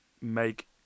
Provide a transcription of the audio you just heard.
make